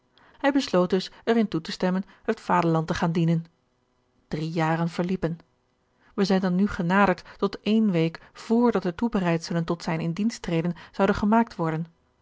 dus er in toe te stemmen het vaderland te gaan dienen drie jaren verliepen wij zijn dan nu genaderd tot eene week vr dat de toebereidselen tot zijn in dienst treden zouden gemaakt worden